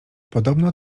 podobno